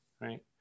right